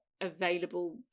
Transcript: available